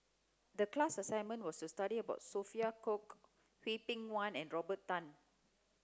the class assignment was to study about Sophia Cooke Hwang Peng Yuan and Robert Tan